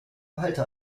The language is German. behalte